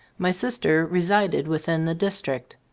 my sister resided within the district.